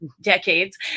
decades